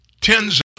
Tens